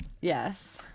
Yes